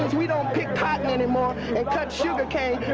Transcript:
we don't pick cotton anymore, and cut sugarcane,